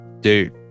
dude